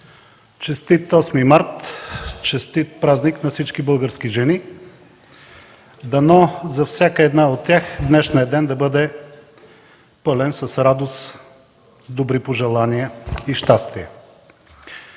Честит Осми март, честит празник на всички български жени! Дано за всяка една от тях днешният ден да бъде пълен с радост, добри пожелания и щастие!